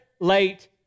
late